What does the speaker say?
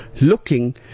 looking